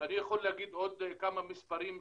אני יכול להגיד עוד כמה מספרים שעשינו.